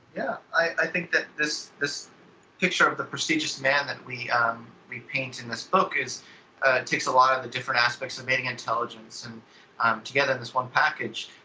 yeah, i think that this this picture of the procedures man that we um we paint in this book is it takes a lot of different aspects of mating intelligence um together as one package.